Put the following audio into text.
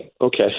okay